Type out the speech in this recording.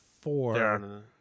four